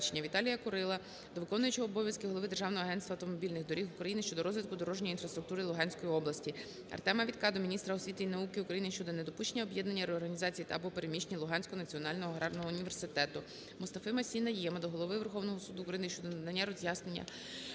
Віталія Курила до виконуючого обов'язки голови Державного агентства автомобільних доріг України щодо розвитку дорожньої інфраструктури Луганської області. Артема Вітка до міністра освіти і науки України щодо недопущення об'єднання реорганізації або переміщення Луганського національного аграрного університету. Мустафи-Масі Найєма до Голови Верховного Суду України щодо надання роз'яснення